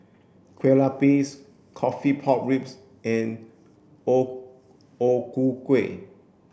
Kueh Lapis coffee pork ribs and O O Ku Kueh